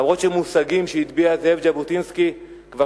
אף שמושגים שהטביע זאב ז'בוטינסקי כבר